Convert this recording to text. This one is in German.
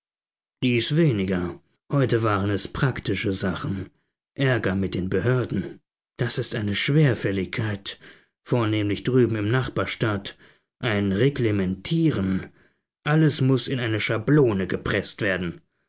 dies weniger heute waren es praktische sachen ärger mit den behörden das ist eine schwerfälligkeit vornehmlich drüben im nachbarstaat ein reglementieren alles muß in eine schablone gepreßt werden